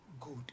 good